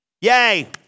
Yay